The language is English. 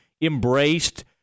embraced